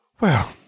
Well